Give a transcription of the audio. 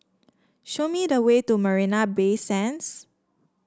show me the way to Marina Bay Sands